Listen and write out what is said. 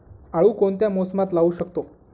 आळू कोणत्या मोसमात लावू शकतो?